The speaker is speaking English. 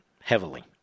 heavily